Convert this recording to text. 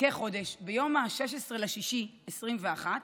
ביום 16 ביוני 2021,